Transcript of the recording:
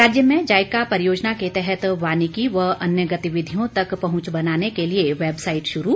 राज्य में जायका परियोजना के तहत वानिकी व अन्य गतिविधियों तक पहुंच बनाने के लिए वैबसाईट शुरू